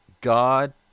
God